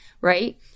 right